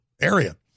area